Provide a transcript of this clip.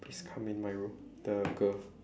please come in my room the girl